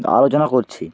আলোচনা করছি